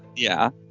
yeah